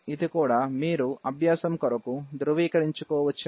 ఇది కూడ మీరు అభ్యాసం కొరకు దృవీకరించుకోవచ్చును